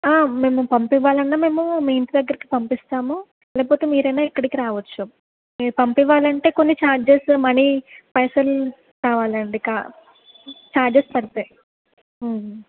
మేము పంపించాలన్నా మేము మీ ఇంటి దగ్గరకి పంపిస్తాము లేకపోతే మీరైనా ఇక్కడికి రావచ్చు మేము పంపించాలంటే కొన్ని చార్జేస్ మనీ పైసలు కావాలండి చార్జస్ పడతాయి